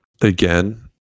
Again